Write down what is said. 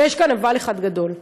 ויש אבל אחד גדול,